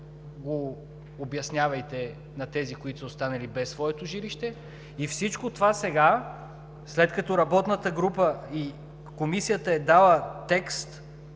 го обяснявайте на тези, които са останали без своето жилище. И всичко това сега, след като работната група и Комисията е дала текст